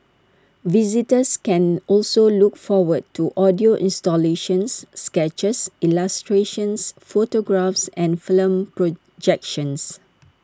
visitors can also look forward to audio installations sketches illustrations photographs and film projections